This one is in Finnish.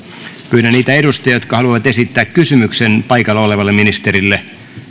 pyydän niitä edustajia jotka haluavat esittää kysymyksen paikalla olevalle ministerille